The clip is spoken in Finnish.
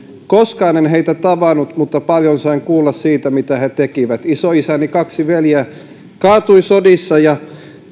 koskaan en heitä tavannut mutta paljon sain kuulla siitä mitä he tekivät isoisäni kaksi veljeä kaatui sodissa ja